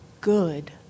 good